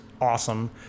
awesome